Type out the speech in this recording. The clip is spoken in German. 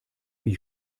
wie